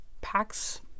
packs